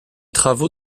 travaux